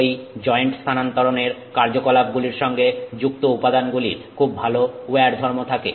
ঐ জয়েন্ট স্থানান্তরণ এর কার্যকলাপ গুলির সঙ্গে যুক্ত উপাদান গুলির খুব ভালো উইয়ার ধর্ম থাকে